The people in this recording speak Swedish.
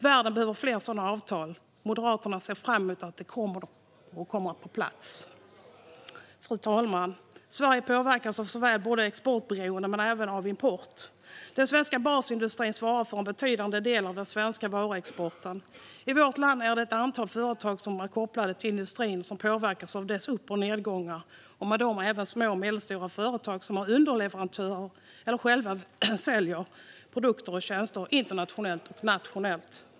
Världen behöver fler sådana avtal. Moderaterna ser fram emot att de kommer att komma på plats. Fru talman! Sverige påverkas av exportberoendet men även av importen. Den svenska basindustrin svarar för en betydande del av den svenska varuexporten. I vårt land påverkas ett antal företag som är kopplade till industrin av dess upp och nedgångar, och med dem påverkas även små och medelstora företag som är underleverantörer eller själva säljer produkter och tjänster internationellt och nationellt.